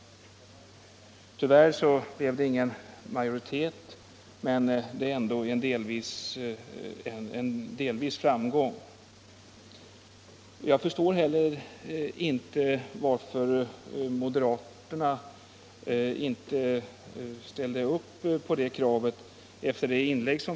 Tyvärr har det inte blivit någon majoritet för förslaget, men behandlingen har ändå delvis nu blivit en framgång, och efter fru Troedssons inlägg förstår jag inte varför moderaterna inte har kunnat ställa sig bakom kravet.